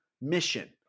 mission